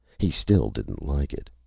he still didn't like it.